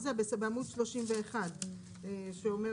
זה חוק שאין בתחום אחר.